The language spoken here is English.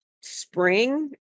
spring